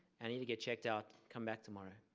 i need to get checked out. come back tomorrow,